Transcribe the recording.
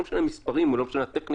ולא משנה המספרים או לא משנה הטכניקה,